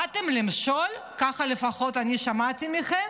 באתם למשול, ככה לפחות אני שמעתי מכם.